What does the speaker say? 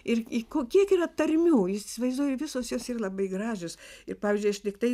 ir ko kiek yra tarmių įsivaizduoju visos jos yr labai gražios ir pavyzdžiui aš tiktai